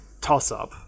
toss-up